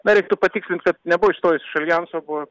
na reiktų patikslint kad nebuvo išstojus iš aljanso o buvo